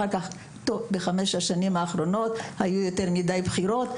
בחמש השנים האחרונות היו יותר מדי בחירות,